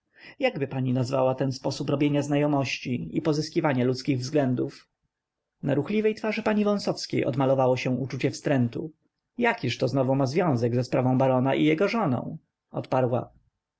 panią jakby pani nazwała ten sposób robienia znajomości i pozyskiwania ludzkich względów na ruchliwej twarzy pani wąsowskiej odmalowało się uczucie wstrętu jakiż to znowu ma związek ze sprawą barona i jego żoną odparła